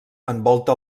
envolta